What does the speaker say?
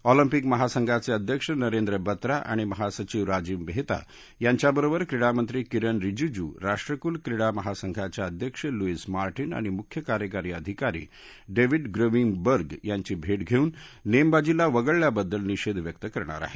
Olympic महासंघाचे अध्यक्ष नरेंद्र बत्रा आणि महासचिव राजीव मेहता यांच्याबरोबर क्रीडा मंत्री किरन रिजीजू राष्ट्रकूल क्रीडा महासंघाच्या अध्यक्ष लुईस मार्टीन आणि मुख्य कार्यकारी अधिकारी डेविड ग्रेविम बर्ग यांची भेट घेऊन नेमबाजीला वगळयाबद्दल निषेध व्यक्त करणार आहे